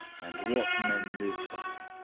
and what men live by.